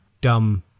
dumb